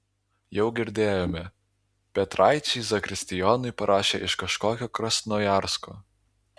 jau girdėjome petraičiai zakristijonui parašė iš kažkokio krasnojarsko